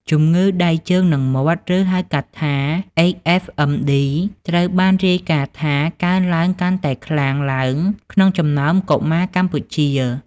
ជំងឺដៃ ជើង និងមាត់ ឬ ហៅកាត់ថា HFMD ត្រូវបានរាយការណ៍ថា កើនឡើងកាន់តែខ្លាំងឡើងក្នុងចំណោមកុមារកម្ពុជា។